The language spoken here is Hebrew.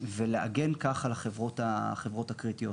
ולהגן כך על החברות הקריטיות.